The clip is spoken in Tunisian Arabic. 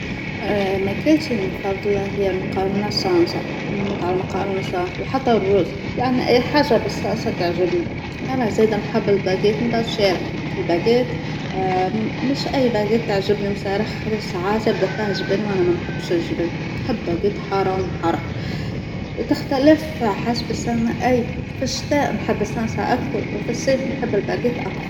اه ماكلتشى المفظلة هي مكارونة صلصة، نموت عالمكرونة صلصة وحتى الرز يعنى أى حاجة بالصلصة تعجبنى، أنا زايدة نحب الباجيات نتاع الشارع. الباجيات اه مش أى باجات تعجبنى صرا خضرا عساها زبدة فيها جبن وأنا ما نحبش الجبن نحب باجيت حارة وانا محارة تختلف اه حسب السنة أى في الشتاء نحب الصلصة أكثر وفي الصيف نحب الباجيات أكثر.